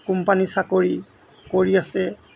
company চাকৰি কৰি আছে